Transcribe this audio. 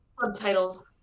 Subtitles